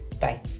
Bye